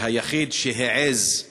שהוא היחיד שהעז,